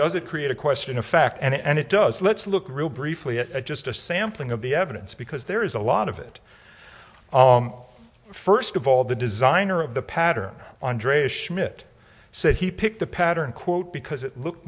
does it create a question of fact and it does let's look real briefly at just a sampling of the evidence because there is a lot of it first of all the designer of the pattern on dres schmidt said he picked the pattern quote because it look